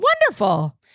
Wonderful